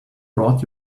brought